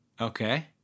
okay